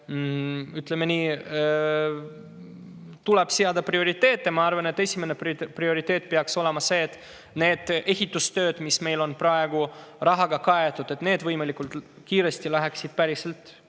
Ütleme nii, et tuleb seada prioriteete. Ma arvan, et esimene prioriteet peaks olema see, et need [lõigud], mis meil on praegu rahaga kaetud, läheksid võimalikult kiiresti päriselt